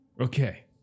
Okay